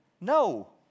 No